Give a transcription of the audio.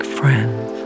friends